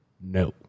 No